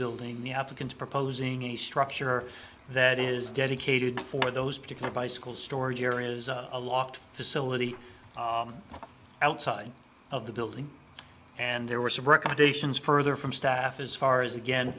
building the applicant's proposing a structure that is dedicated for those particular bicycle storage areas a loft facility outside of the building and there were some recommendations further from staff as far as again